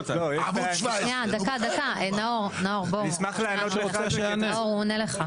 נאור, הוא עונה לך.